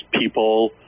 people